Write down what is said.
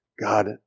God